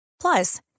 Plus